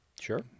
Sure